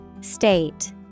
State